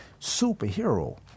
superhero